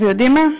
ויודעים מה?